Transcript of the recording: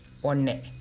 one